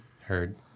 Heard